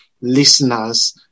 listeners